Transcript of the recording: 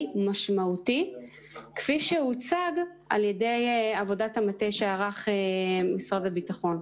משמעותי כפי שהוצג על ידי עבודת המטה שערך משרד הביטחון.